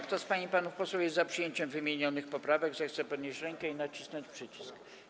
Kto z pań i panów posłów jest za przyjęciem wymienionych poprawek, zechce podnieść rękę i nacisnąć przycisk.